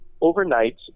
overnight